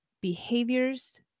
behaviors